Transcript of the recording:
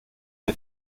der